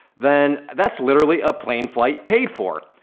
then that's literally a plane flight paid for.